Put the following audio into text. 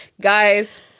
Guys